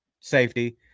safety